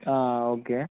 okay